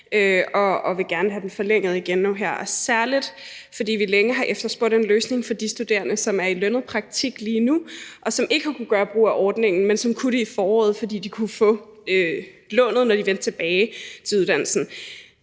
og vil gerne have den forlænget nu her, særlig fordi vi længe har efterspurgt en løsning for de studerende, som er i lønnet praktik lige nu, og som ikke har kunnet gøre brug af ordningen, men som kunne det i foråret, fordi de kunne få lånet, når de vendte tilbage til uddannelsen.